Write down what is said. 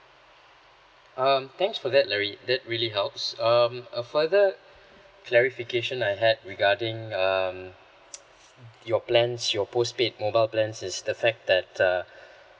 um thanks for that larry that really helps um a further clarification I had regarding um your plans your postpaid mobile plan is the fact that uh